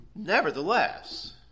Nevertheless